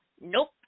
nope